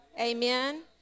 Amen